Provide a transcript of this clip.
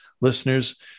listeners